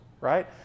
Right